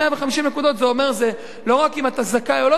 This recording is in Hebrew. זה לא רק אם אתה זכאי או לא זכאי,